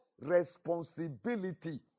responsibility